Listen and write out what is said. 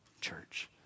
church